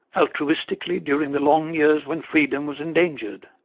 altruistically during the long years when freedom was endangered.